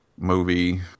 movie